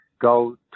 go